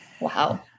Wow